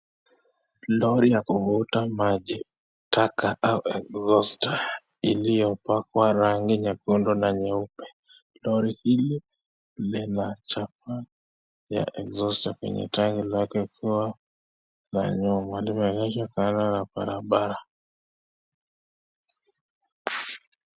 Lori ya kuvuta maji taka au exhauster iliyopakwa rangi nyekundu na nyeupe. Lori hili lina chapa ya exhauster kwenye tangi lake kubwa la nyuma. Limeegeshwa kando ya barabara.